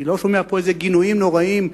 אני לא שומע פה גינויים נוראיים,